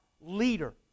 leader